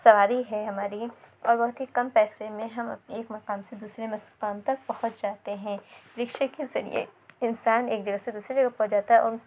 سواری ہے ہماری اور بہت ہی کم پیسے میں ہم اپنے ایک مقام سے دوسرے مقام تک پہنچ جاتے ہیں رکشے کے ذریعے انسان ایک جگہ سے دوسری جگہ پہنچ جاتا ہے اور